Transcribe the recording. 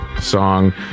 song